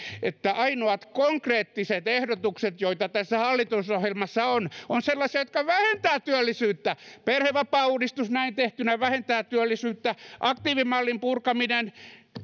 että ainoat konkreettiset ehdotukset joita tässä hallitusohjelmassa on ovat sellaisia jotka vähentävät työllisyyttä perhevapaauudistus näin tehtynä vähentää työllisyyttä aktiivimallin purkaminen